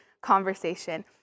conversation